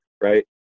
right